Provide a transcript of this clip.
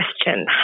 question